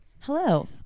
Hello